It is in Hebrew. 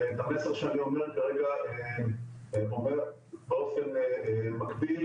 ואת המסר שאני אומר כרגע אומר באופן מקביל